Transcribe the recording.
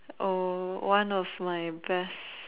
oh one of like best